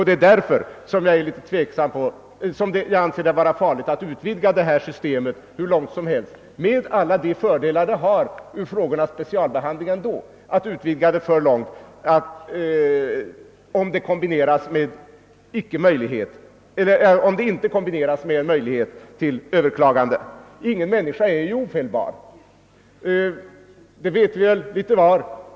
Det är av detta skäl jag anser det farligt att utvidga detta system — med de fördelar det ändå innebär — om det inte kombineras med möjlighet tili överklagande. Ingen människa är ofelbar — det vet vi litet var.